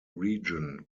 region